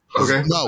Okay